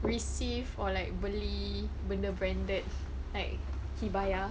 receive or like beli benda branded like he bayar